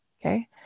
okay